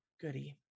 goody